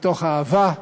מתוך אהבה,